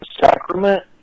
Sacrament